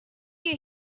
you